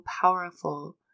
powerful